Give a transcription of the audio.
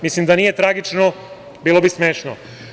Mislim, da nije tragično, bilo bi smešno.